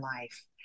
life